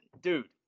Dude